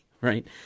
right